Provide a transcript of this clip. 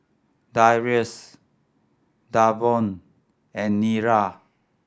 Darrius Davon and Nira